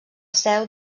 seu